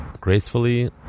gracefully